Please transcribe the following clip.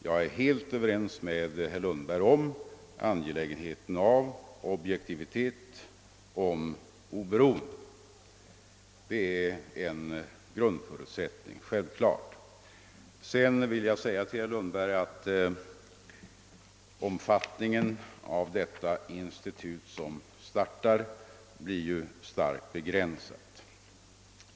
Jag är helt överens med herr Lundberg om angelägenheten av objektivitet och oberoende, Det är en självklar grundförutsättning. Sedan vill jag säga till herr Lundberg att omfattningen av det institut som startar blir starkt begränsad.